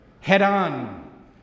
head-on